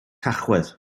tachwedd